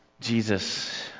Jesus